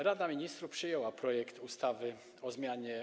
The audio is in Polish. Rada Ministrów przyjęła projekt ustawy o zmianie